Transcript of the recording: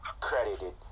credited